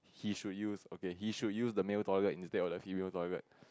he should use okay he should use the male toilet instead of the female toilet